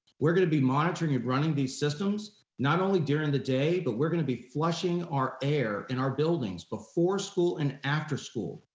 we're gonna be monitoring and running these systems not only during the day, but we're gonna be flushing our air in our buildings before school and after school,